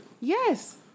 Yes